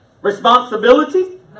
responsibility